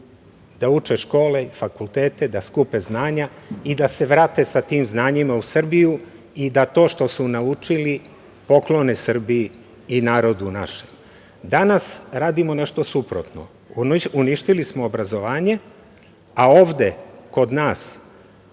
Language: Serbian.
da uče škole i fakultete, da skupe znanja i da se vrate sa tim znanjima u Srbiju i da to što su naučili poklone Srbiji i narodu našem. Danas radimo nešto suprotno, uništili smo obrazovanje, a ovde kod nas